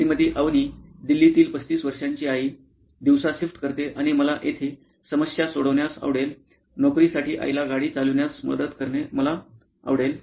श्रीमती अवनी दिल्लीतील 35 वर्षांची आई दिवसा शिफ्ट करते आणि मला येथे समस्या सोडवण्यास आवडेल नोकरीसाठी आईला गाडी चालविण्यास मदत करणे मला आवडेल